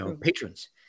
patrons